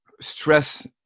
stress